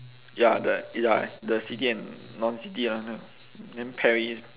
ya the ya the city and non city then paris